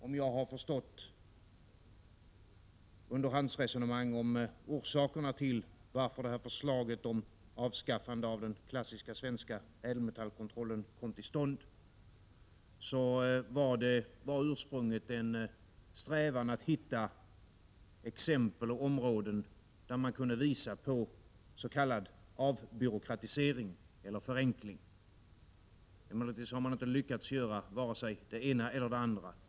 Om jag rätt har förstått underhandsresonemang om orsakerna till att förslaget om avskaffandet av den klassiska svenska ädelmetallkontrollen kom till stånd, så var ursprunget en strävan att hitta exempel och områden där man kunde visa upp s.k. avbyråkratisering eller förenkling. Emellertid har man inte lyckats göra vare sig det ena eller det andra.